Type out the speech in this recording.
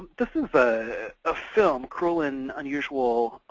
this is a film, cruel and unusual,